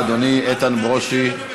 בבקשה, אדוני, איתן ברושי.